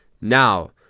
Now